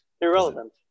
irrelevant